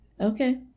Okay